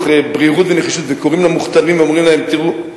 ברירות ונחישות וקוראים למוכתרים ואומרים להם: תראו,